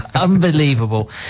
unbelievable